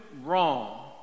wrong